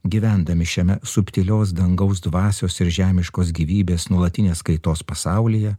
gyvendami šiame subtilios dangaus dvasios ir žemiškos gyvybės nuolatinės kaitos pasaulyje